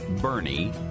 Bernie